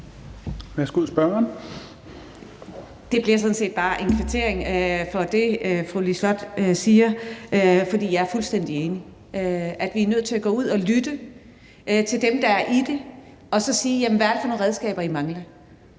Det bliver sådan set bare en kvittering for det, fru Liselott Blixt siger, for jeg er fuldstændig enig i, at vi bliver nødt til at gå ud og lytte til dem, der er i det, og så spørge: Hvad er det for nogle redskaber, I mangler?